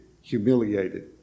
humiliated